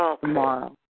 tomorrow